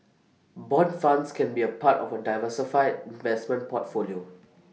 Bond funds can be A part of A diversified vestment portfolio